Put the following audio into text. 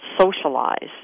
socialize